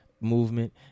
movement